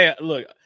look